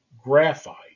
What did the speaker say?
graphite